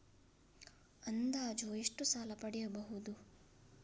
ಅಂದಾಜು ಎಷ್ಟು ಸಾಲ ಪಡೆಯಬಹುದು?